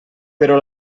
però